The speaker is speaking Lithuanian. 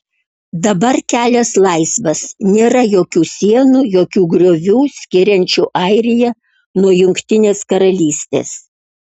dabar kelias laisvas nėra jokių sienų jokių griovių skiriančių airiją nuo jungtinės karalystės